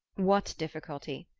what difficulty?